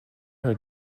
her